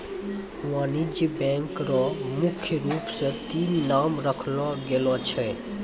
वाणिज्यिक बैंक र मुख्य रूप स तीन नाम राखलो गेलो छै